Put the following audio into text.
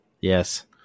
Yes